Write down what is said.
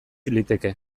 liteke